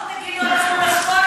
לפחות תגידו: אנחנו נחקור.